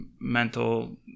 mental